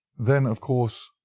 then, of course,